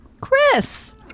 Chris